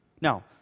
Now